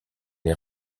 les